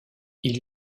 ils